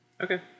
okay